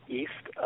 east